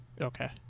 okay